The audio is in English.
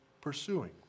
pursuing